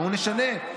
בואו נשנה.